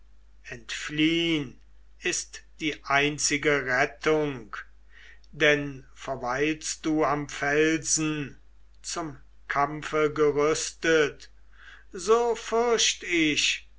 entfliehn ist die einzige rettung denn verweilst du am felsen zum kampfe gerüstet so fürcht ich